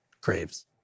craves